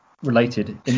related